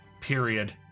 Period